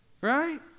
Right